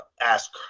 ask